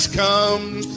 comes